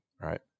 Right